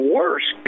worse